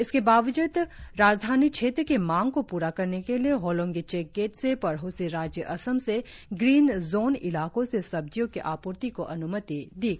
इसके बावजूद राजधानी क्षेत्र की मांग को पूरा करने के लिए होलोंगी चेकगेट से पड़ोसी राज्य असम से ग्रीन जोन इलाको से सब्जियों की आपूर्ति को अनुमति दी गई